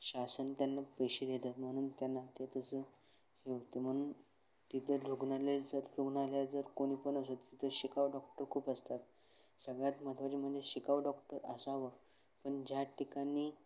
शासन त्यांना पैसे देतात म्हणून त्यांना ते तसं ठेवते म्हणून तिथं रुग्णालय जर रुग्णालयात जर कोणी पण असेल तिथं शिकाऊ डॉक्टर खूप असतात सगळ्यात महत्त्वाचे म्हणजे शिकाऊ डॉक्टर असावं पण ज्या ठिकाणी